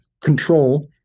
control